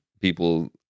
People